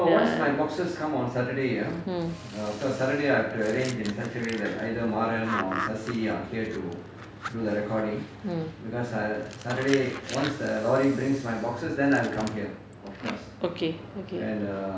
mm mm okay okay